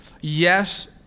yes